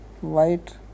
white